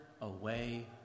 away